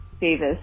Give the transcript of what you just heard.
Davis